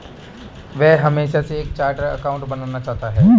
वह हमेशा से एक चार्टर्ड एकाउंटेंट बनना चाहता था